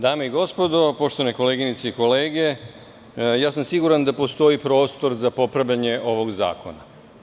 Dame i gospodo, poštovane koleginice i kolege, siguran sam da postoji prostor za popravljanje ovog zakona.